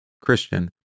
Christian